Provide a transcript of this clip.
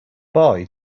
boy